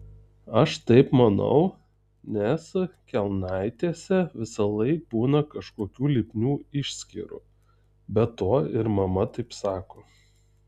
aš taip manau nes kelnaitėse visąlaik būna kažkokių lipnių išskyrų be to ir mama taip sako